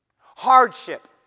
Hardship